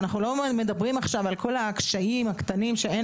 אנחנו לא מדברים עכשיו על כל הקשיים הקטנים שאין